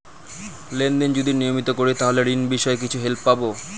Lane দেন যদি নিয়মিত করি তাহলে ঋণ বিষয়ে কিছু হেল্প পাবো?